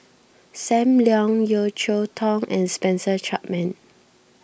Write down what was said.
Sam Leong Yeo Cheow Tong and Spencer Chapman